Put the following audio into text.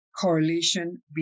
correlation